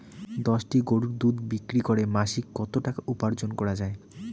দশটি গরুর দুধ বিক্রি করে মাসিক কত টাকা উপার্জন করা য়ায়?